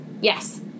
Yes